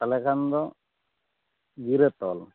ᱛᱟᱦᱚᱞᱮ ᱠᱷᱚᱱ ᱫᱚ ᱜᱤᱨᱟᱹ ᱛᱚᱞ